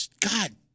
god